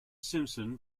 simpson